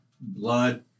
blood